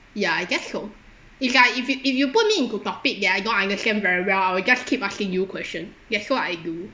ya I guess so is like if you if you put me into topic that I don't understand very well I will just keep asking you question yes so I do